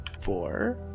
four